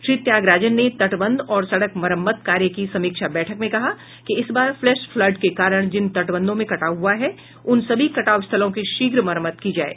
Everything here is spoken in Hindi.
श्री त्यागराजन ने तटबंध और सड़क मरम्मत कार्य की समीक्षा बैठक में कहा कि इस बार फ्लैश फ्लड के कारण जिन तटबंधों में कटाव हुआ हैं उन सभी कटाव स्थलों की शीघ्र मरम्मत की जाये